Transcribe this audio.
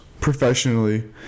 professionally